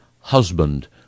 husband